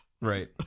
Right